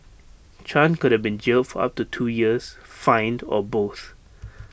chan could have been jailed for up to two years fined or both